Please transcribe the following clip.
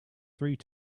through